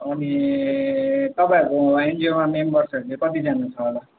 अनि तपाईँहरूको एनजिओमा मेम्बर्सहरू चाहिँ कतिजना छ होला